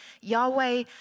Yahweh